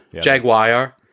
Jaguar